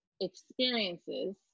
experiences